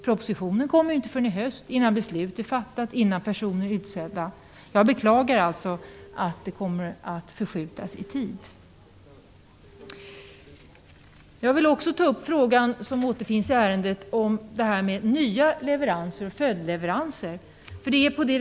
Propositionen kommer inte förrän i höst och det dröjer innan beslut är fattat och personer utsedda. Jag beklagar alltså att saken kommer att förskjutas i tiden. Jag vill också ta upp frågan, som återfinns i ärendet, om nya leveranser och följdleveranser.